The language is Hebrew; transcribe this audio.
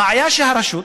הבעיה היא שהרשות